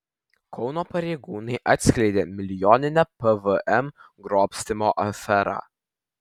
kauno pareigūnai atskleidė milijoninę pvm grobstymo aferą